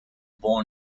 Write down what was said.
born